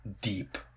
deep